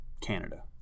Canada